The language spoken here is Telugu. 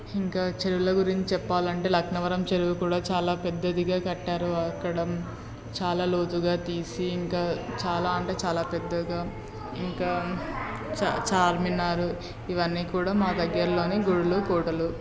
ఇంకా చెరువుల గురించి చెప్పాలంటే లక్నవరం చెరువు కూడా చాలా పెద్దదిగా కట్టారు అక్కడ చాలా లోతుగా తీసి ఇంకా చాలా అంటే చాలా పెద్దగా ఇంకా చ చార్మినార్ ఇవన్నీ కూడా మా దగ్గరలోని గుడులు కోటలు